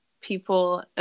people